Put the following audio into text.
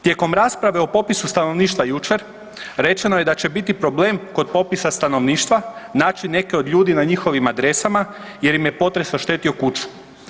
Tijekom rasprave o popisu stanovništva jučer rečeno je da će biti problem kod popisa stanovništva naći neke od ljudi na njihovim adresama jer im je potres oštetio kuću.